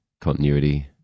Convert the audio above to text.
continuity